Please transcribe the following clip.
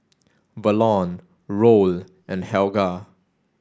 Verlon Roll and Helga